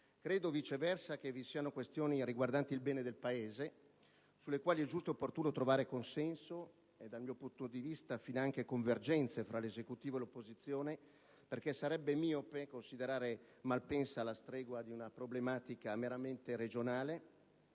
Credo, viceversa, che vi siano questioni riguardanti il bene del Paese sulle quali è giusto ed opportuno trovare consenso e - dal mio punto di vista - finanche convergenze fra l'Esecutivo e l'opposizione. Sarebbe infatti miope considerare Malpensa alla stregua di una problematica meramente regionale,